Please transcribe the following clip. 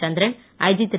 சந்திரன் IG திரு